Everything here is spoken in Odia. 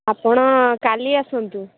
ଆପଣ କାଲି ଆସନ୍ତୁ